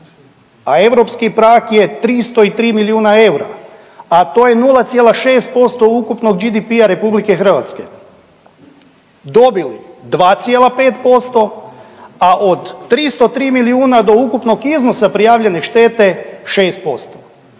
a europski prag je 303 milijuna eura, a to je 0,6% ukupnog GDP-a Republike Hrvatske dobili 2,5%, a od 303 milijuna do ukupnog iznosa prijavljene štete 6%.